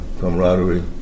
camaraderie